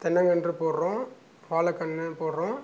தென்னைங்கன்று போடுறோம் வாழைக்கன்னு போடுறோம்